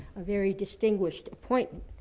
a very distinguished appointment,